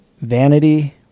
vanity